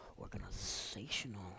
organizational